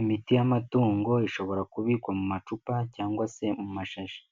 Imiti y'amatungo ishobora kubikwa mu macupa cyangwa se mu mashashi,